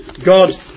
God